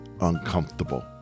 Uncomfortable